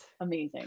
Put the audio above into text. amazing